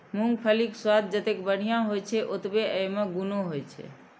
मूंगफलीक स्वाद जतेक बढ़िया होइ छै, ओतबे अय मे गुणो होइ छै